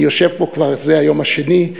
אני יושב פה כבר זה היום השני,